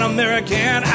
American